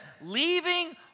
leaving